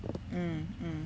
mm mm